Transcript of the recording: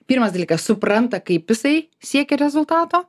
pirmas dalykas supranta kaip jisai siekia rezultato